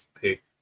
pick